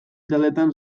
taldetan